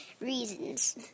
reasons